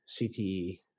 CTE